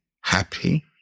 happy